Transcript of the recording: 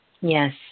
Yes